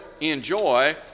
enjoy